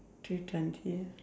three countries